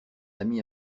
ami